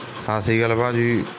ਸਤਿ ਸ਼੍ਰੀ ਅਕਾਲ ਭਾਅ ਜੀ